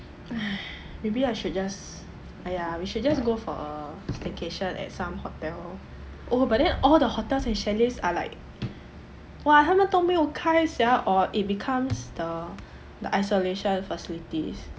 !hais! maybe I should just !aiya! we should just go for a staycation at some hotel oh but then all the hotels and chalets are like !wah! 它们都没有开 sia or it becomes the the isolation facilities